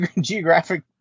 geographic